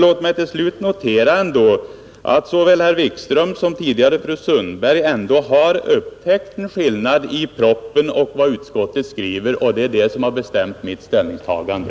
Låt mig till sist ändå notera att såväl herr Wikström som tidigare fru Sundberg har upptäckt en skillnad mellan propositionen och vad utskottet skriver, Det är det som har bestämt mitt ställningstagande,